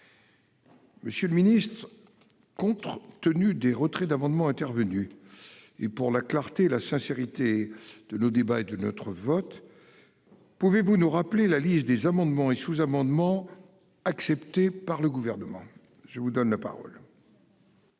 Monsieur le Ministre. Contre tenu des retraits d'amendements intervenu. Et pour la clarté et la sincérité de nos débats et de notre vote. Pouvez-vous nous rappeler la liste des amendements et sous-amendements acceptés par le gouvernement. Je vous donne la parole.